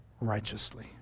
righteously